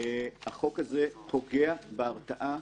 החוק הזה פוגע בהרתעה.